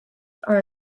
are